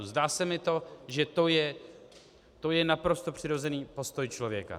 Zdá se mi, že to je naprosto přirozený postoj člověka.